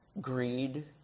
greed